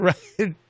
Right